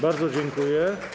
Bardzo dziękuję.